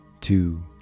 two